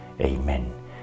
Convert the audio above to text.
Amen